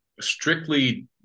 strictly